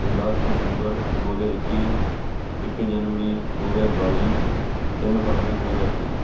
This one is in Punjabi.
ਦਸ ਦਸੰਬਰ ਦੋ ਹਜ਼ਾਰ ਇੱਕੀ ਇੱਕ ਜਨਵਰੀ ਦੋ ਹਜ਼ਾਰ ਬਾਈ ਤਿੰਨ ਫਰਵਰੀ ਦੋ ਹਜ਼ਾਰ ਤੇਈ